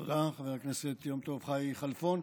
תודה, חבר הכנסת יום טוב חי כלפון.